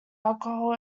alcohol